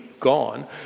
gone